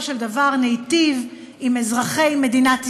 של דבר ניטיב עם אזרחי מדינת ישראל,